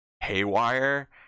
haywire